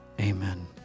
Amen